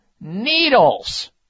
needles